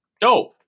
Dope